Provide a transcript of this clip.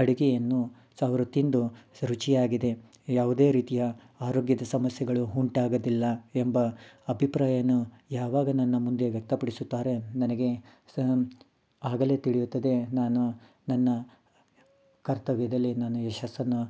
ಅಡುಗೆಯನ್ನು ಸೊ ಅವರು ತಿಂದು ಸೊ ರುಚಿಯಾಗಿದೆ ಯಾವುದೇ ರೀತಿಯ ಆರೋಗ್ಯದ ಸಮಸ್ಯೆಗಳು ಉಂಟಾಗೋದಿಲ್ಲ ಎಂಬ ಅಭಿಪ್ರಾಯವನ್ನು ಯಾವಾಗ ನನ್ನ ಮುಂದೆ ವ್ಯಕ್ತಪಡಿಸುತ್ತಾರೆ ನನಗೆ ಸಮ್ ಆಗಲೇ ತಿಳಿಯುತ್ತದೆ ನಾನು ನನ್ನ ಕರ್ತವ್ಯದಲ್ಲಿ ನಾನು ಯಶಸ್ಸನ್ನು